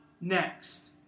next